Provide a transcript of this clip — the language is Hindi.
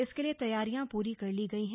इसके लिए तैयारियां पूरी कर ली गई हैं